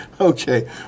Okay